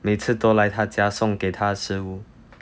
每次都来他家送给他食物